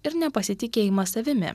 ir nepasitikėjimas savimi